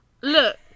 look